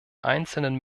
einzelnen